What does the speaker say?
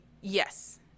Yes